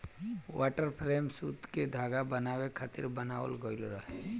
water frame सूत के धागा बनावे खातिर बनावल गइल रहे